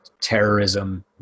terrorism